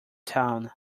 town